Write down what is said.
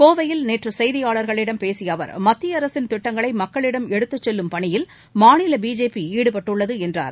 கோவையில் நேற்றுசெய்தியாள்களிடம் பேசியஅவர் மத்தியஅரசின் திட்டங்களைமக்களிடம் எடுத்துச் செல்லும் பணியில் மாநிலபி ஜே பிஈடுபட்டுள்ளதுஎன்றார்